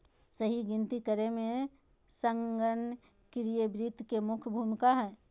सही गिनती करे मे संगणकीय वित्त के मुख्य भूमिका हय